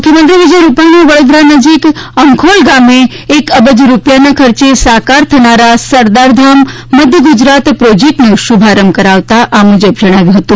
મુખ્યમંત્રી વિજય રૂપાણીએ વડોદરા નજીક અંખોલ ગામે એક અબજ રૂપિયાના ખર્ચે સાકાર થનારા સરદાર ધામ મધ્ય ગુજરાત પ્રોજ્કેટનો શુભારંભ કરાવતા આ મુજબ જણાવ્યું હતું